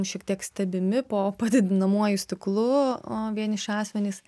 šiek tiek stebimi po padidinamuoju stiklu a vieniši asmenys